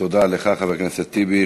תודה לך, חבר הכנסת טיבי.